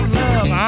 love